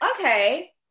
okay